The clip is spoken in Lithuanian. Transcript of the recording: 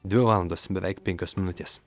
dvi valandos beveik penkios minutės